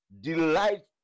delight